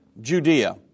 Judea